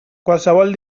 qualsevol